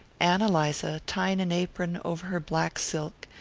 ann eliza, tying an apron over her black silk,